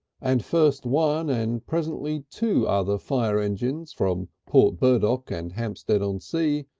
and first one and presently two other fire engines from port burdock and hampstead-on-sea,